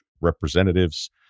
representatives